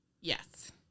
Yes